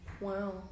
Wow